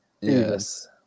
Yes